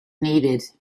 needed